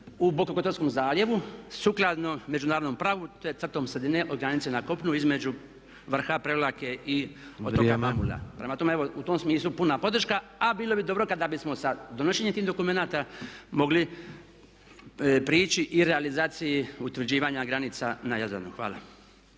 u bokokotorskom zaljevu sukladnom međunarodnom pravu to je crtom sredine od granice na kopnu između vrha Prevlake i otoka Mamula. Prema tome eto u tom smislu puna podrška a bilo bi dobro kada bismo sa donošenjem tih dokumenata mogli prići i realizaciji utvrđivanja granica na Jadranu. Hvala.